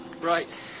Right